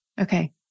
Okay